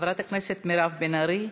חברת הכנסת מירב בן ארי,